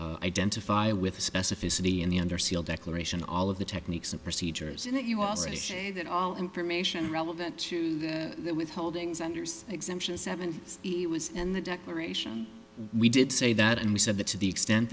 to identify with specificity in the under seal declaration all of the techniques and procedures in that you already shaded all information relevant to the withholdings andersen exemption seven it was in the declaration we did say that and we said that to the extent